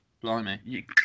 blimey